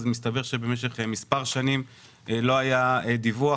אז מסתבר שבמשך מספר שנים לא היה דיווח